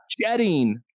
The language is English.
jetting